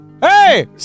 hey